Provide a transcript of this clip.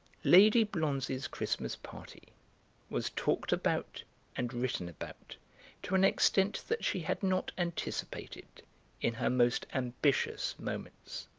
lady blonze's christmas party was talked about and written about to an extent that she had not anticipated in her most ambitious moments.